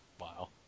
Wow